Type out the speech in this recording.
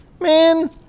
Man